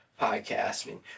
podcasting